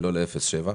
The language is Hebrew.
לא ל-0.7,